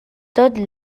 tot